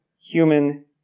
human